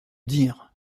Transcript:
dire